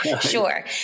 Sure